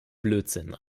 blödsinn